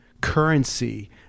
currency